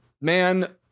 Man